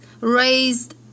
raised